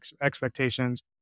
expectations